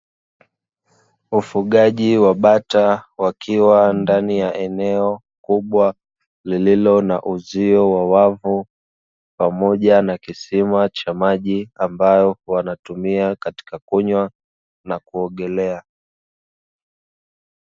Ufugaji wa bata wakiwa ndani ya eneo kubwa, lililo na uzio wa wavu pamoja na kisima cha maji, ambayo wanatumia katika kunywa na kuogelea.